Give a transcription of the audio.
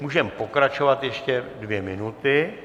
Můžeme pokračovat ještě dvě minuty.